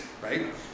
right